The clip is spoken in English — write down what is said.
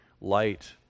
light